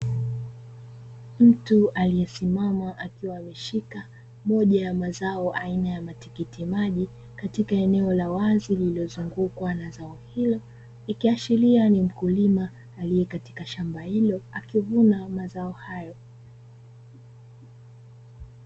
Mtu aliyesimama akiwa ameshika moja ya mazao aina ya matikiti maji katika eneo la wazi, lililozungukwa na zao hilo ikiashiria ni mkulima aliyekatika shamba hilo akivuna mazao hayo.